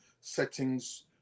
settings